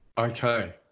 okay